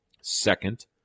Second